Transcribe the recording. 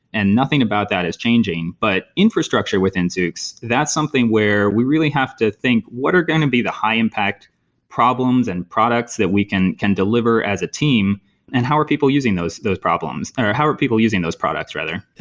and nothing about that is changing. but infrastructure within zoox, that's something where we really have to think what are going to be the high-impact problems and products that we can can deliver as a team and how are people using those those problems, or how are people using those products rather.